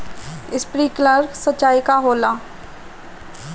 Sprinkler सिंचाई का होला?